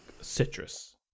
citrus